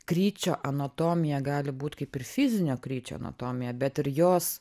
kryčio anatomija gali būt kaip ir fizinio kryčio anatomija bet ir jos